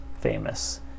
famous